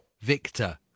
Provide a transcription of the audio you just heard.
Victor